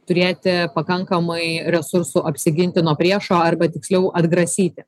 turėti pakankamai resursų apsiginti nuo priešo arba tiksliau atgrasyti